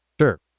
sure